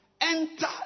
enter